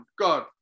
God